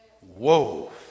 Whoa